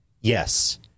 yes